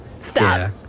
Stop